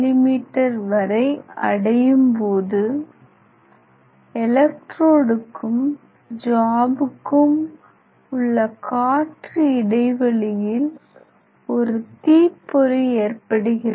me வரை அடையும்போது எலெக்ட்ரோடுக்கும் ஜாபுக்கும் உள்ள காற்று இடைவெளியில் ஒரு தீப்பொறி ஏற்படுகிறது